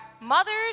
mothers